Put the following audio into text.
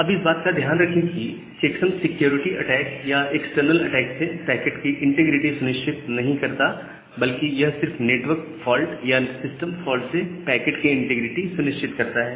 अब इस बात का ध्यान रखें कि चेक्सम सिक्योरिटी अटैक या एक्सटर्नल अटैक से पैकेट की इंटीग्रिटी सुनिश्चित नहीं करता बल्कि यह सिर्फ नेटवर्क फाल्ट या सिस्टम फॉल्ट से पैकेट की इंटीग्रिटी सुनिश्चित करता है